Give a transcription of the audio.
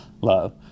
love